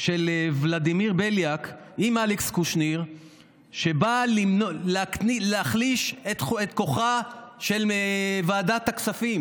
של ולדימיר בליאק עם אלכס קושניר שבאה להחליש את כוחה של ועדת הכספים.